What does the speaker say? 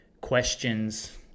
questions